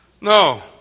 No